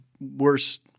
worse